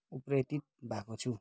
उत्प्रेरित भएको छु